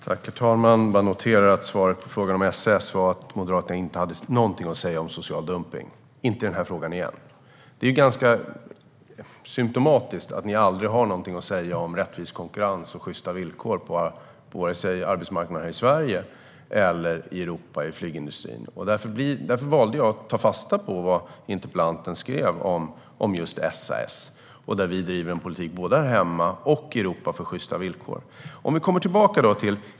Herr talman! Jag noterar att svaret på frågan om SAS var att Moderaterna inte hade något att säga om social dumpning i den här frågan heller. Det är ganska symtomatiskt att ni aldrig har något att säga om rättvis konkurrens och sjysta villkor vare sig på arbetsmarknaden i Sverige eller i flygbranschen i Europa. Därför valde jag att ta fasta på vad interpellanten skrev om just SAS. Vi driver en politik för sjysta villkor både här hemma och i Europa.